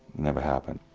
never happened.